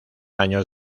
años